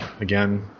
again